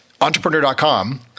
entrepreneur.com